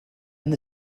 been